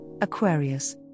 Aquarius